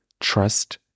trust